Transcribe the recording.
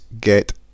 get